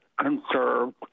conserved